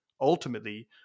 ultimately